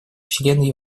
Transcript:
члены